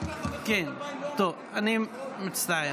אני מצטער.